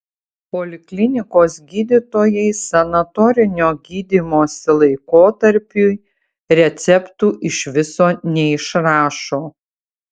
poliklinikos gydytojai sanatorinio gydymosi laikotarpiui receptų iš viso neišrašo